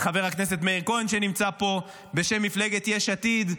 חבר הכנסת מאיר כהן, שנמצא פה, בשם מפלגת יש עתיד: